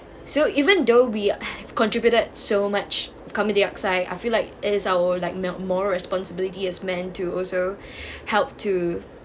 so even though we have contributed so much carbon dioxide I feel like it is our own like make more responsibility as men to also help to